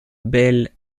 bel